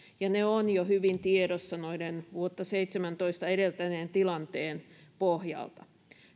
ja ne ovat jo hyvin tiedossa vuotta seitsemääntoista edeltäneen tilanteen pohjalta